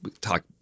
talk